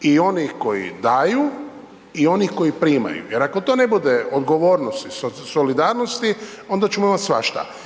I onih koji daju i onih koji primaju. Jer ako to ne bude odgovornost iz solidarnosti, onda ćemo imati svašta.